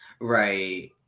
Right